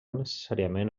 necessàriament